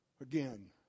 again